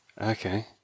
Okay